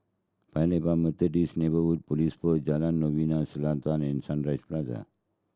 Paya Lebar Neighbourhood Police Post Jalan Novena Selatan and Sunshine Place